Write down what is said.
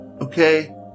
Okay